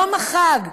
יום החג,